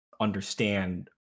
understand